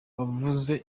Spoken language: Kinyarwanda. wavuze